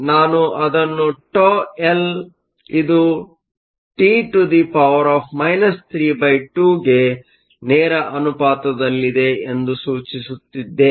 ನಾನು ಅದನ್ನು τL ಇದು T 32 ಗೆ ನೇರ ಅನುಪಾತದಲ್ಲಿದೆ ಎಂದು ಸೂಚಿಸುತ್ತಿದ್ದೇನೆ